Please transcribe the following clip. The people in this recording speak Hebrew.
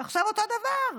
ועכשיו אותו הדבר.